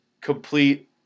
complete